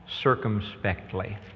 circumspectly